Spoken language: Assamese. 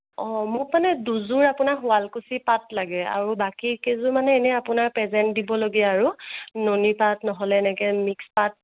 অঁ মোক মানে দুযোৰ আপোনাৰ শুৱালকুছিৰ পাট লাগে আৰু বাকী কেইজোৰ মানে এনে আপোনাৰ প্ৰেজেণ্ট দিবলগীয়া আৰু ননী পাট নহ'লে এনেকে মিক্স পাট